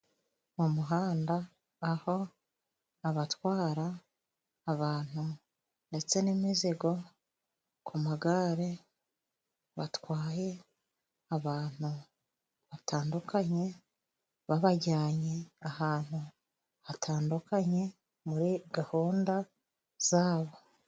Mu muhanda, aho abatwara abantu ndetse n'imizigo ku magare, batwaye abantu batandukanye, babajyanye ahantu hatandukanye, muri gahunda zabo.